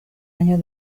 año